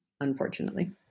unfortunately